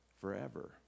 forever